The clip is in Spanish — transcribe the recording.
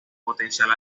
potencial